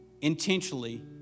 intentionally